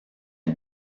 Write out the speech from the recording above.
est